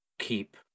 keep